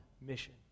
mission